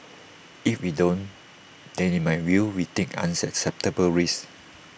if we don't then in my view we take unacceptable risks